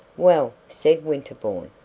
well, said winterbourne,